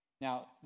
Now